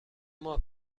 ماه